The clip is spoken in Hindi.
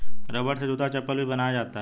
रबड़ से जूता चप्पल भी बनाया जाता है